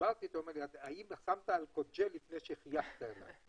וכשדיברתי אתו שאל אם שמתי אלכוג'ל לפני שחייגתי אליו?